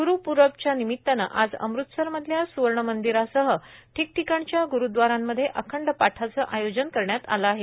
ग्रूपुरबच्या निमित्तानं आज अमृतसर मधल्या सुवर्णमंदिरासह ठिकठिकाणच्या ग्रूद्वारांमध्ये अखंड पाठाचं आयोजन करण्यात आलं आहे